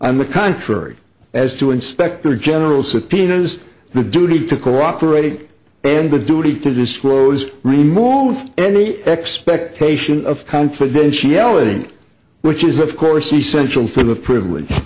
and the contrary as to inspector general subpoenas the duty to cooperate and the duty to disclose remove any expectation of confidentiality which is of course essential for the privilege